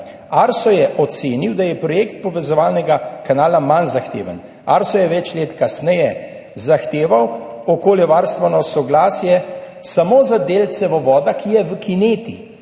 ARSO je ocenil, da je projekt povezovalnega kanala manj zahteven. ARSO je več let kasneje zahteval okoljevarstveno soglasje samo za del cevovoda, ki je v kineti.